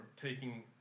taking